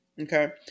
Okay